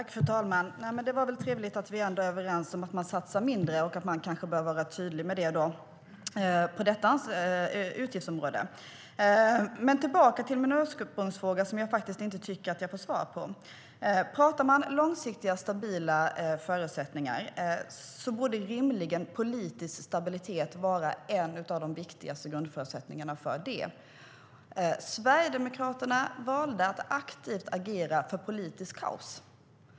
Fru talman! Det är trevligt att vi ändå är överens om att man satsar mindre och att man kanske bör vara tydlig med det på detta utgiftsområde. Jag ska gå tillbaka till min fråga som jag faktiskt inte tyckte att jag fick svar på. Talar man om långsiktiga och stabila förutsättningar borde rimligen politisk stabilitet vara en av de viktigaste grundförutsättningarna för det. Sverigedemokraterna valde att aktivt agera för politiskt kaos.